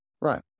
Right